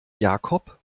jakob